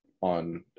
on